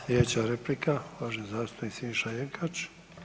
Sljedeća replika je uvaženi zastupnik Siniša Jenkač.